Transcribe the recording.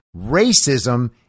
racism